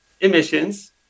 emissions